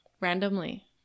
randomly